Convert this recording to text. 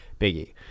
Biggie